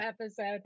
episode